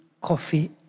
coffee